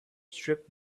strip